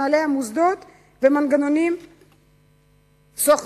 מנהלי מוסדות ומנגנונים סוכנותיים.